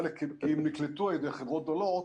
חלק כי הם נקלטו על ידי חברות גדולות.